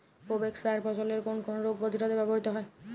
Provex সার ফসলের কোন কোন রোগ প্রতিরোধে ব্যবহৃত হয়?